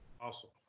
Awesome